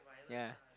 yea